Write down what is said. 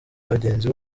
abagenzi